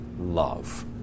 love